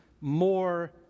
more